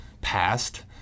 passed